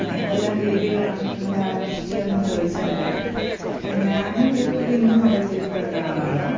എന്തെല്ലാം രീതികളാണ് നിങ്ങളെ ആകർഷിച്ചതെന്ന് ചോദിച്ചാൽ ഞാനൊരു ഹിന്ദുമതത്തിൽപ്പെട്ട ആളാണ്